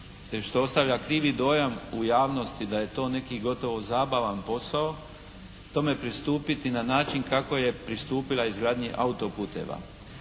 što ostavlja krivi dojam u javnosti da je to neki gotovo zabavan posao, tome pristupiti na način kako je pristupila izgradnji auto-puteva.